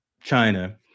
China